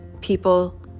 people